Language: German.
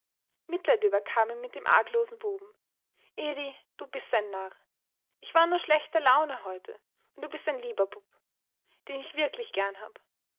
mitleid überkam ihn mit dem arglosen buben edi du bist ein narr ich war nur schlechter laune heute und du bist ein lieber bub den ich wirklich gern hab